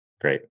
Great